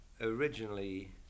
originally